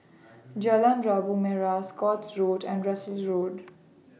Jalan Labu Merah Scotts Road and Russels Road